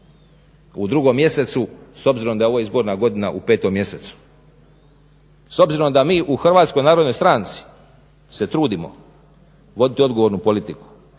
u drugom mjesecu s obzirom da je ovo izborna godina u petom mjesecu. S obzirom da mi u HNS-u se trudimo voditi odgovornu politiku,